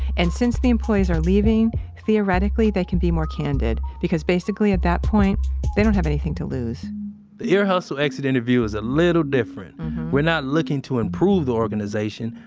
and since the employees are leaving theoretically, they can be more candid, because basically, at that point they don't have anything to lose the ear hustle exit interview is a little different we're not looking to improve the organization.